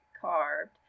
carved